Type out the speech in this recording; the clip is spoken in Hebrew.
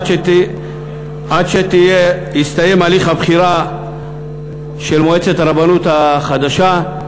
עד שיסתיים הליך הבחירה של מועצת הרבנות החדשה.